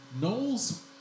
Knowles